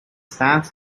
stance